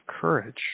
courage